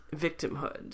victimhood